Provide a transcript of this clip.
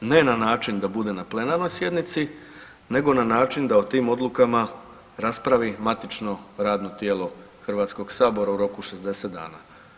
Ne na način da bude na plenarnoj sjednici nego na način da o tim odlukama raspravi matično radno tijelo HS u roku od 60 dana.